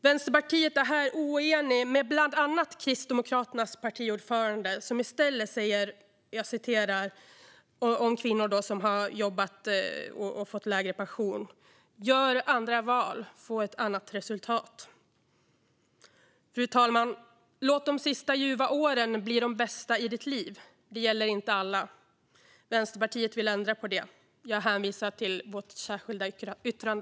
Vänsterpartiet är här oenigt med bland annat Kristdemokraternas partiordförande som säger om kvinnor som har jobbat deltid och får lägre pension: "Gör andra val, få annat resultat." Fru talman! Sångtexten går: "Så låt de sista ljuva åren bli de bästa i vårt liv." Men det gäller inte alla. Vänsterpartiet vill ändra på det. Jag hänvisar till vårt särskilda yttrande.